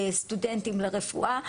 הסטודנטים לרפואה,